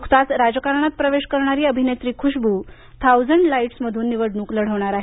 नुकताच राजकारणात प्रवेश करणारी अभिनेत्री खुशबू थाउजंड लाइट्समधून निवडणूक लढवणार आहेत